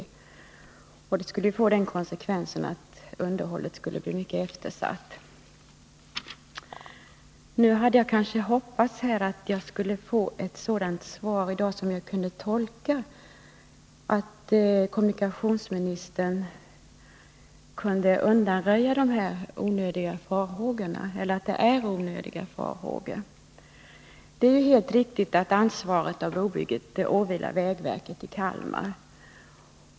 Konsekvensen skulle ju bli att underhållet i hög grad eftersattes. Nu hade jag hoppats att jag i dag skulle få ett svar som kunde tolkas så, att farhågorna är onödiga. Det är helt riktigt att ansvaret för brobygget åvilar vägverket i Kalmar.